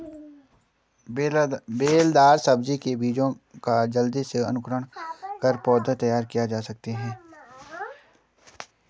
बेलदार सब्जी के बीजों का जल्दी से अंकुरण कर पौधा तैयार कैसे किया जा सकता है?